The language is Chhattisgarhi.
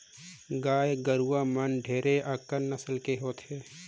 गाय गरुवा मन ढेरे अकन नसल के होथे